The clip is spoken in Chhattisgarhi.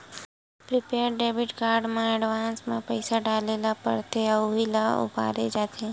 प्रिपेड डेबिट कारड म एडवांस म पइसा डारे ल परथे अउ उहीं ल बउरे जाथे